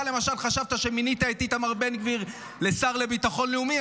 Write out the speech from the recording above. למשל חשבת שמינית את איתמר בן גביר לשר לביטחון לאומי,